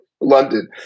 London